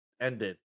ended